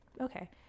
Okay